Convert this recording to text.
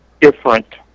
different